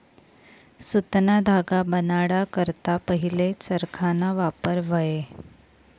सुतना धागा बनाडा करता पहिले चरखाना वापर व्हये